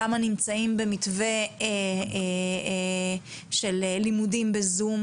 כמה נמצאים במתווה של לימודים בזום,